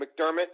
McDermott